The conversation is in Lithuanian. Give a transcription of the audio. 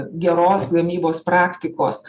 geros gamybos praktikos